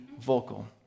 vocal